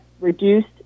reduced